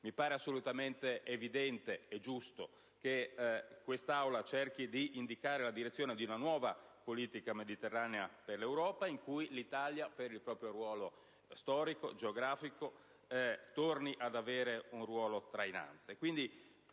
Mi pare assolutamente evidente e giusto che quest'Aula cerchi di indicare la direzione di una nuova politica mediterranea per l'Europa, in cui l'Italia, per il proprio ruolo storico e geografico, torni a svolgere una funzione trainante.